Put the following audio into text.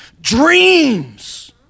dreams